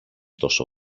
τόσο